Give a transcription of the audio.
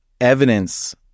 evidence